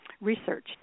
research